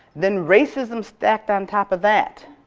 then racism stacked on top of that,